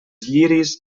lliris